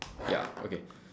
ya okay